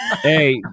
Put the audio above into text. Hey